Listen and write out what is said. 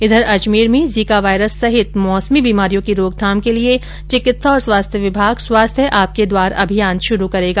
इधर अजमेर में Zika virus सहित मौसमी बीमारियों की रोकथाम के लिए चिकित्सा एवं स्वास्थ्य विभाग स्वास्थ्य आपके द्वार अभियान श्रु करेगा